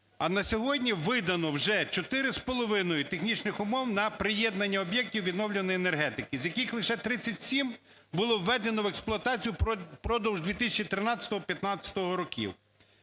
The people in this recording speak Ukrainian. а на сьогодні видано вже 4,5 технічних умов на приєднання об'єктів відновлювальної енергетики, з яких лише 37 було введено в експлуатацію впродовж 2013-2015 років.